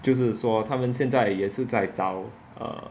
就是说他们现在也是在找 err